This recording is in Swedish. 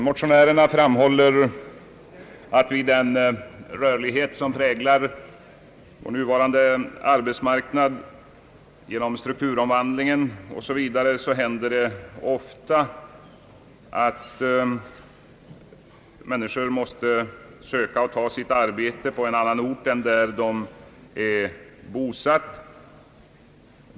Motionärerna framhåller att den rörlighet som präglar vår nuvarande ar betsmarknad, genom strukturomvandlingen osv., ofta gör att människor måste söka och ta arbete på en annan ort än den där de är bosatta.